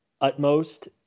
utmost